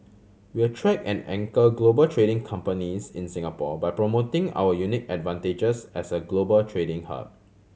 we attract and anchor global trading companies in Singapore by promoting our unique advantages as a global trading hub